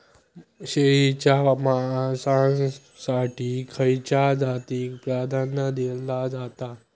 शेळीच्या मांसाएसाठी खयच्या जातीएक प्राधान्य दिला जाता?